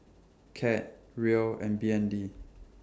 Cad Riel and B N D